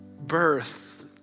birth